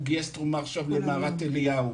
הוא גייס תרומה עכשיו למערת אליהו.